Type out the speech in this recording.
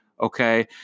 okay